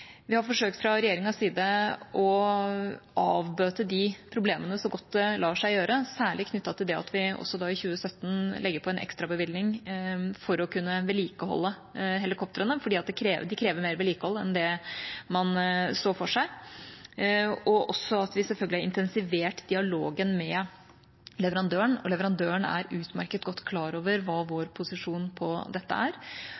Vi har forsøkt fra regjeringas side å avbøte de problemene så godt det lar seg gjøre, særlig knyttet til at vi også i 2017 legger på en ekstrabevilgning for å kunne vedlikeholde helikoptrene, fordi de krever mer vedlikehold enn det man så for seg. Og også at vi selvfølgelig har intensivert dialogen med leverandøren, og leverandøren er utmerket godt klar over hva som er vår